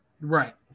Right